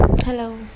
Hello